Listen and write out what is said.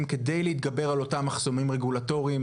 כדי להתגבר על אותם מחסומים רגולטוריים.